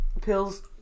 Pills